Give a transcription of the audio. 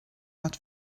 not